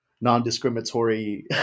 Non-discriminatory